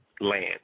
land